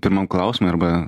pirmam klausimui arba